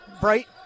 Bright